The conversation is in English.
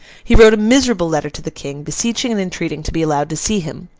he wrote a miserable letter to the king, beseeching and entreating to be allowed to see him.